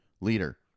leader